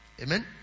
Amen